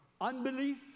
unbelief